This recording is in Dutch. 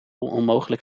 onmogelijk